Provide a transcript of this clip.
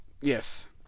Yes